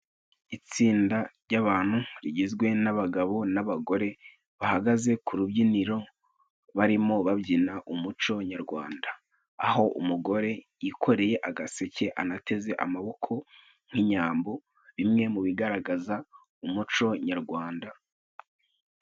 Itsinda ry'abantu rigizwe n'abagabo n'abagore, bahagaze ku rubyiniro bari mo babyina umuco nyarwanda. Aho umugore yikoreye agaseke anateze amaboko nk'inyambo, bimwe mu bigaragaza umuco nyarwanda.